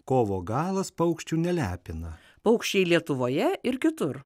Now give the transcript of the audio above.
kovo galas paukščių nelepina paukščiai lietuvoje ir kitur